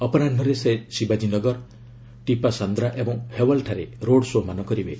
ଅପରାହୁରେ ସେ ଶିବାଜୀ ନଗର ଟିପାସାନ୍ଦ୍ରା ଓ ହେୱାଲ୍ଠାରେ ରୋଡ଼୍ ଶୋ'ମାନ କରିବେ